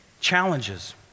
challenges